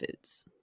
foods